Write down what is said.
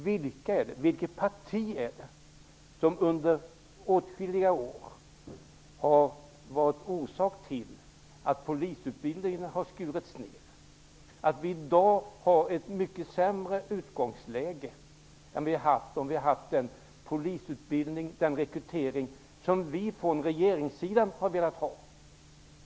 Men vilket parti är det som under åtskilliga år har varit orsak till att polisutbildningen har skurits ner, att vi i dag har ett mycket sämre utgångsläge än vad vi hade haft om rekryteringen till polisutbildningen hade varit den som vi från regeringssidan ville ha?